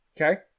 Okay